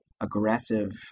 aggressive